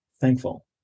thankful